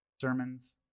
sermons